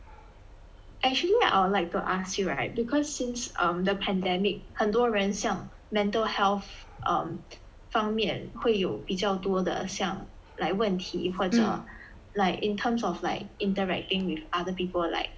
actually I would like to ask you right because since um the pandemic 很多人像 mental health um 方面会有比多的像 like 问题或者 like in terms of like interacting with other people like